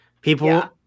people